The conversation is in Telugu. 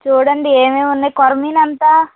చూడండి ఏమేమి ఉన్నాయి కొరమేను ఎంత